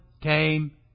came